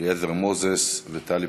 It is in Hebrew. אליעזר מוזס וטלי פלוסקוב.